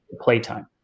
playtime